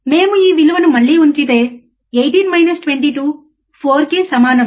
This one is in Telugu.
మేము ఈ విలువను మళ్ళీ ఉంచితే 18 మైనస్ 22 4 కి సమానం